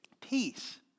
Peace